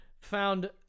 found